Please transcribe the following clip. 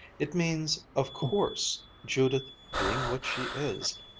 it means, of course, judith being what she is,